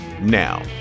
Now